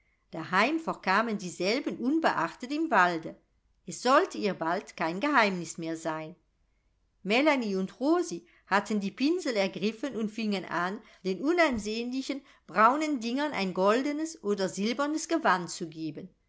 daheim verkamen dieselben unbeachtet im walde es sollte ihr bald kein geheimnis mehr sein melanie und rosi hatten die pinsel ergriffen und fingen an den unansehnlichen braunen dingern ein goldenes oder silbernes gewand zu geben